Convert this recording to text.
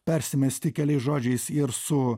persimesti keliais žodžiais ir su